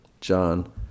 John